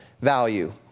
value